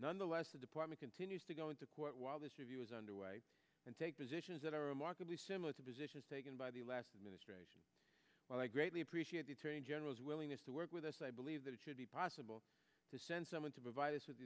nonetheless the department continues to go into court while this review is underway and take positions that are remarkably similar to positions taken by the last administration when i greatly appreciate the attorney general's willingness to work with us i believe that it should be possible to send someone to provide us with the